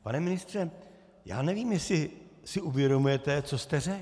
Pane ministře, nevím, jestli si uvědomujete, co jste řekl.